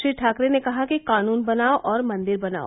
श्री ठाकरे ने कहा कि कानून बनाओ और मंदिर बनाओ